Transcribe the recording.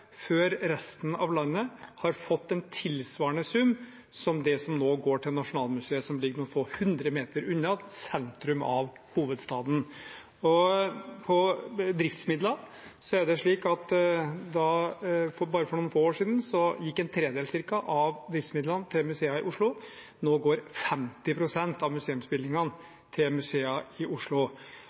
før resten av landet har fått en tilsvarende sum som det som nå går til Nasjonalmuseet, som ligger noen få hundre meter unna sentrum av hovedstaten. Når det gjelder driftsmidler, er det slik at bare for noen få år siden gikk ca. en tredjedel til museene i Oslo. Nå går 50 pst. av museumsbevilgningene til museer i Oslo.